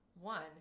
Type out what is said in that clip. one